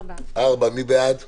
מי בעד ההסתייגות?